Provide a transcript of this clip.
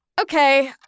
Okay